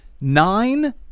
nine